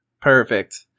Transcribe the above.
Perfect